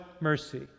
mercy